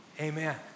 Amen